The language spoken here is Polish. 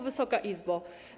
Wysoka Izbo!